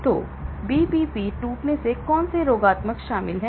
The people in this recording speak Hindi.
तो BBB टूटने में कौन से रोगात्मक शामिल हैं